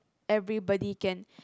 everybody can